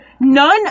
None